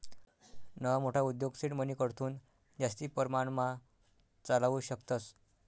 नवा मोठा उद्योग सीड मनीकडथून जास्ती परमाणमा चालावू शकतस